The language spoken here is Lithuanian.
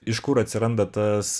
iš kur atsiranda tas